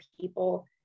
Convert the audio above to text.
people